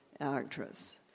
actress